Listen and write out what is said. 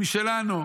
הוא משלנו.